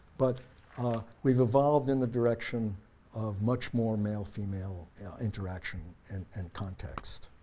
but we've evolved in the direction of much more male female interaction and and contact. so